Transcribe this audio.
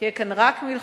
תהיה כאן רק מלחמה,